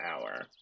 hour